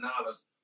dollars